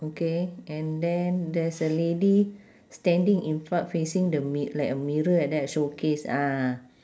okay and then there's a lady standing in fro~ facing the mi~ like a mirror like that showcase ah